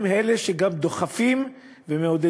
הם אלה שגם דוחפים ומעודדים